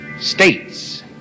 States